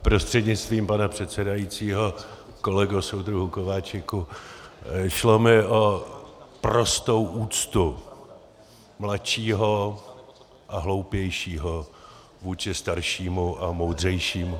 Prostřednictvím pana předsedajícího kolego soudruhu Kováčiku, šlo mi o prostou úctu mladšího a hloupějšího vůči staršímu a moudřejšímu.